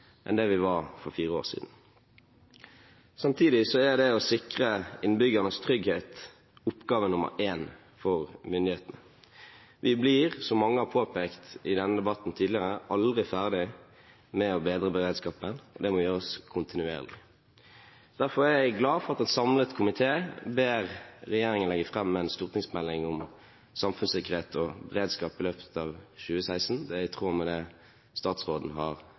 enn det vi var for fire år siden. Samtidig er det å sikre innbyggernes trygghet oppgave nummer én for myndighetene. Vi blir, som mange har påpekt tidligere i denne debatten, aldri ferdig med å bedre beredskapen. Det må gjøres kontinuerlig. Derfor er jeg glad for at en samlet komité ber regjeringen legge fram en stortingsmelding om samfunnssikkerhet og beredskap i løpet av 2016. Det er i tråd med det statsråden har